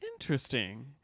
Interesting